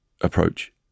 approach